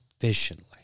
efficiently